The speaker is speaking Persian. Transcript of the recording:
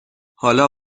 حالا